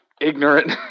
ignorant